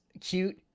cute